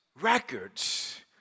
records